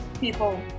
people